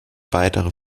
weitere